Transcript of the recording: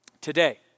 today